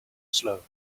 slow